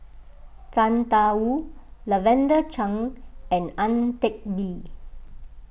Tang Da Wu Lavender Chang and Ang Teck Bee